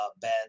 Ben